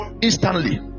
instantly